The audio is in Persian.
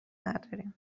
نداریم